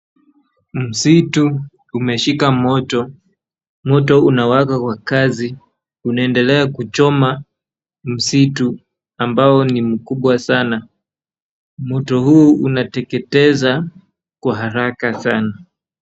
Msitu umeshika moto, moto unawaka kwa kazi unaendelea kuchoma msitu ambao ni mkubwa sana moto huu unateketeza kwa haraka sana.